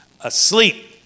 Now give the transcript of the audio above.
asleep